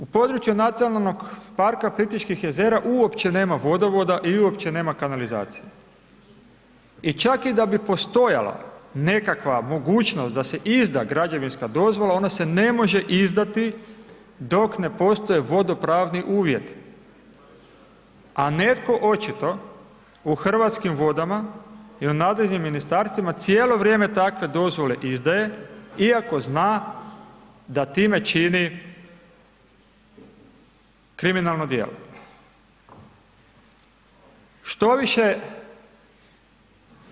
U području Nacionalnog parka Plitvičkih jezera uopće nema vodovoda i uopće nema kanalizacije i čak i da bi postojala nekakva mogućnost da se izda građevinska dozvola ona se ne može izdati dok ne postoje vodopravni uvjeti, a netko očito u Hrvatskim vodama i u nadležnim ministarstvima cijelo vrijeme takve dozvole izdaje iako zna da time čini kriminalno djelo.